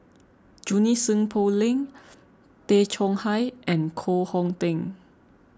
Junie Sng Poh Leng Tay Chong Hai and Koh Hong Teng